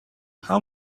how